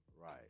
Right